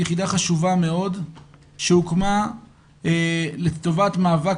יחידה חשובה מאוד שהוקמה לטובת מאבק